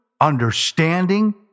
understanding